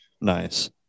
Nice